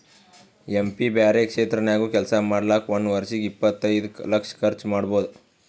M P ಬ್ಯಾರೆ ಕ್ಷೇತ್ರ ನಾಗ್ನು ಕೆಲ್ಸಾ ಮಾಡ್ಲಾಕ್ ಒಂದ್ ವರ್ಷಿಗ್ ಇಪ್ಪತೈದು ಲಕ್ಷ ಕರ್ಚ್ ಮಾಡ್ಬೋದ್